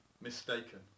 mistaken